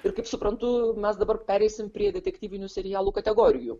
ir kaip suprantu mes dabar pereisim prie detektyvinių serialų kategorijų